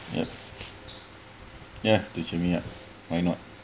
yeah yeah to cheer me up why not